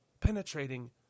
penetrating